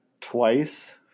twice